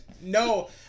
No